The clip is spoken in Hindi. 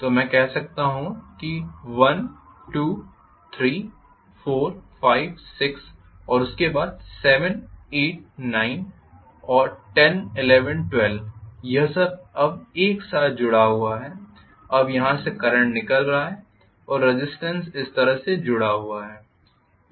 तो मैं कह सकता हूं कि 1 2 3 4 5 6 और उसके बाद 7 8 9 और 10 11 12 यह सब अब एक साथ जुड़ा हुआ है अब यहां से करंट निकल रहा है और रेज़िस्टेन्स इस तरह से जुड़ा हुआ है